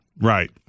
Right